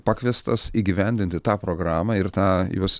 pakviestas įgyvendinti tą programą ir tą jos